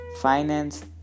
finance